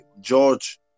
George